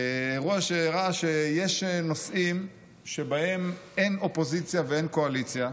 אירוע שהראה שיש נושאים שבהם אין אופוזיציה ואין קואליציה